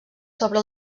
sobre